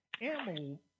animal